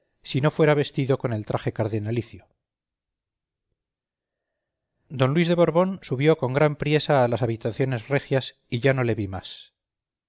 si no fuera vestido con el traje cardenalicio d luis de borbón subió con gran priesa a las habitaciones regias y ya no le vi más